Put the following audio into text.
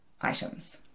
items